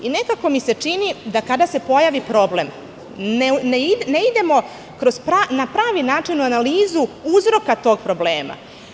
Nekako mi se čini da kada se pojavi problem ne idemo na pravi način u analizu uzroka tog problema.